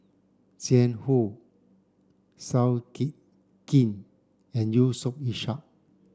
Jiang Hu Seow Ki Kin and Yusof Ishak